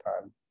time